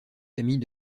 famille